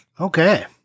okay